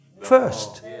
first